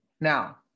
Now